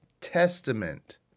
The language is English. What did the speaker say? Testament